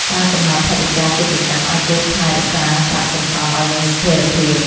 ការកំណត់ថវិកាជាប្រចាំអាចជួយថែរក្សាប្រាក់សន្សុំឲ្យមានស្ថេរភាព។